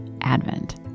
Advent